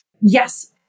Yes